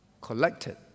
Collected